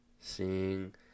Seeing